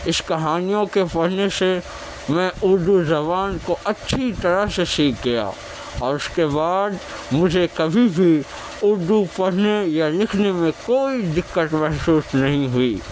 اس کہانیوں کے پڑھنے سے میں اردو زبان کو اچھی طرح سے سیکھ گیا اور اس کے بعد مجھے کبھی بھی اردو پڑھنے یا لکھنے میں کوئی دقت محسوس نہیں ہوئی